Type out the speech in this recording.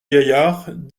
gaillards